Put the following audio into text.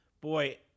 boy